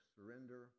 Surrender